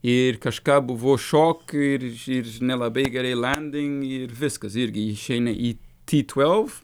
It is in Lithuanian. ir kažką buvo šokių ir ir nelabai gerai lending ir viskas irgi išeina į ti tvelf